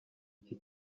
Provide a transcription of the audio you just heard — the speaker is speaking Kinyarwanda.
iki